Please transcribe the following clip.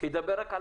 ידבר רק על